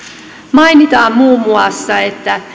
mainitaan muun muassa että